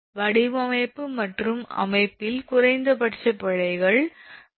வடிவமைப்பு மற்றும் அமைப்பில் குறைந்தபட்ச பிழைகள் 3